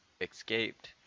escaped